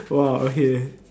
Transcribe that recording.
!wah! okay